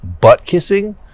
butt-kissing